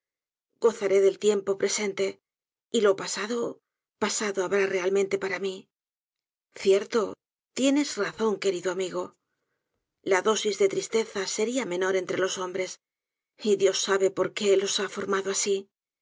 gozaré del tiempo presente y lo pasado pasado habrá realmente para mi cierto tienes razón querido amigo la dosis de tristeza seria menor entre los hombres y dios sabe por qué los ha formado asi si